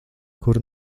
kur